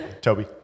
Toby